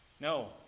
No